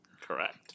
correct